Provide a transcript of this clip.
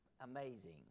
amazing